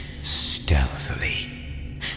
stealthily